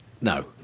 no